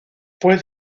fue